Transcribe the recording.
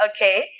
Okay